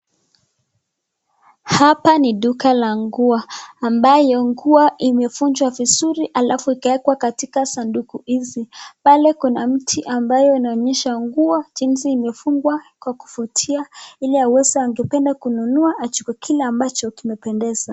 Hapa ni duka la nguo ambayo nguo imekunjwa vizuri alafu ikaekwa katika sanduku hizi. Pale kuna mti ambayo inaonyesha nguo jinsi imefungwa kwa kuvutia ili aweze angependa kununua achukue kile ambacho kimependeza.